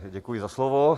Děkuji za slovo.